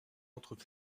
entre